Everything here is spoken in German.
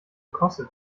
kostet